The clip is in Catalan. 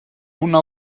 una